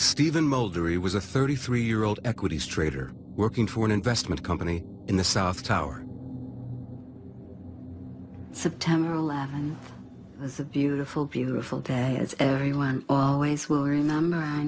stephen molder it was a thirty three year old equities trader working for an investment company in the south tower september eleventh as a beautiful beautiful day as every line